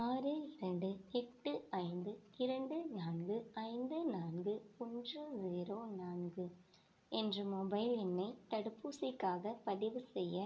ஆறு இரண்டு எட்டு ஐந்து இரண்டு நான்கு ஐந்து நான்கு ஒன்று ஜீரோ நான்கு என்ற மொபைல் எண்ணை தடுப்பூசிக்காகப் பதிவுசெய்ய